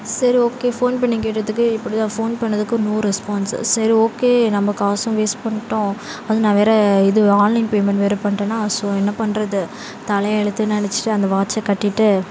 சரி okay phone பண்ணி கேட்டதுக்கு இப்படி தான் ஃபோன் பண்ணதுக்கு நோ ரெஸ்பான்ஸு சரி ஓகே நம்ம காசும் வேஸ்ட் பண்ணிட்டோம் அது நான் வேறே இது ஆன்லைன் பேமண்ட் வேறே பண்ட்டேனா ஸோ என்ன பண்றது தலையெழுத்து நினச்சிட்டு அந்த வாட்ச்சை கட்டிகிட்டு